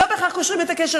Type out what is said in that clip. לא בהכרח קושרים את הקשר.